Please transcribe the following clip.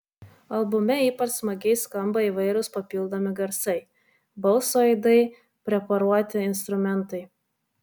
albume ypač smagiai skamba įvairūs papildomi garsai balso aidai preparuoti instrumentai